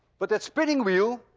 but that spinning wheel